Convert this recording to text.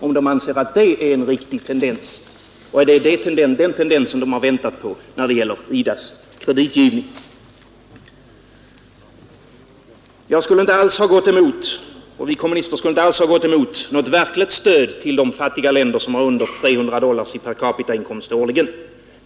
Anser ni att det är en riktig tendens, och är det den tendensen ni har väntat på när det gäller IDA::s kreditgivning? Vi kommunister skulle inte alls ha gått emot ett verkligt stöd till de fattiga länder som har under 300 dollar i per capita-inkomst årligen.